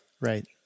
Right